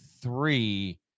three